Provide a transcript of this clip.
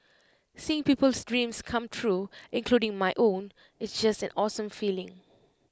seeing people's dreams come true including my own it's just an awesome feeling